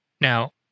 Now